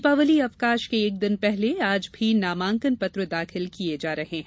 दीपावली अवकाश के एक दिन पहले आज भी नामांकन पत्र दाखिल किये जा रहे हैं